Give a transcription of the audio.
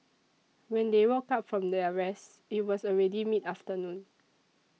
when they woke up from their rest it was already mid afternoon